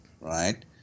right